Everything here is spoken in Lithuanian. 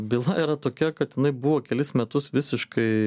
byla yra tokia kad jinai buvo kelis metus visiškai